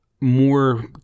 more